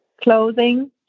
clothing